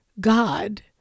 God